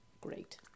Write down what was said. Great